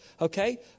okay